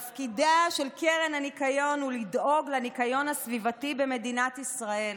קרן הניקיון תפקידה הוא לדאוג לניקיון הסביבתי במדינת ישראל.